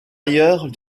ailleurs